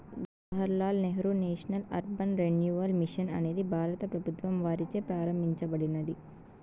Jawahar Lal Nehru national urban renewal mission అనేది భారత ప్రభుత్వం వారిచే ప్రారంభించబడింది